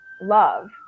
love